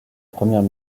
premières